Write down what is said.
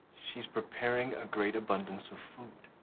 she's preparing a great abundance of food.